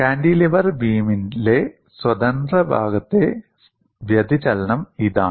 cantilever ബീമിലെ സ്വതന്ത്ര ഭാഗത്തെ വ്യതിചലനം ഇതാണ്